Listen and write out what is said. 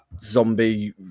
Zombie